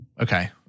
Okay